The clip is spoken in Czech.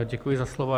Děkuji za slovo.